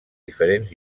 diferents